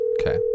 okay